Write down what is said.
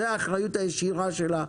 זו האחריות הישירה שלה.